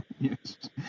Yes